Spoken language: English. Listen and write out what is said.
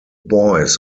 boys